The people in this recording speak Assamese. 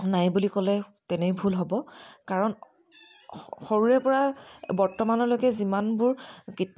নাই বুলি ক'লে তেনেই ভুল হ'ব কাৰণ সৰুৰে পৰা বৰ্তমানলৈকে যিমানবোৰ কি